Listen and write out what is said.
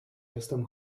jestem